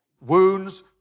Wounds